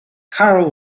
carroll